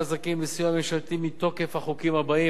הזכאים לסיוע ממשלתי מתוקף החוקים הבאים,